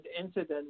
incident